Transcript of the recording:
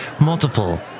multiple